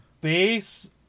base